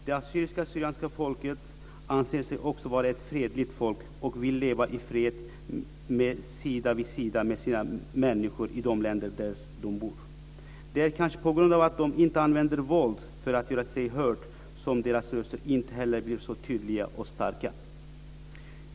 Det assyrisk/syrianska folket anser sig också vara ett fredligt folk och vill leva i fred sida vid sida med sina medmänniskor i de länder där de bor. Det kanske är på grund av att de inte använder våld för att göra sig hörda som deras röster inte heller blir så tydliga och starka.